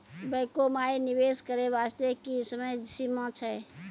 बैंको माई निवेश करे बास्ते की समय सीमा छै?